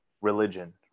religion